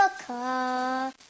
car